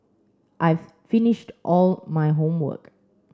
I've finished all my homework